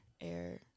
air